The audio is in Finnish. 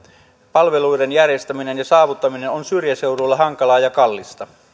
palveluiden järjestäminen ja saavuttaminen on syrjäseudulla hankalaa ja kallista